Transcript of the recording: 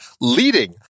leading